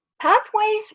pathways